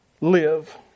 live